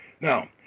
Now